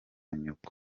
nyoko